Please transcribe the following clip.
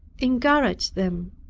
encouraged them.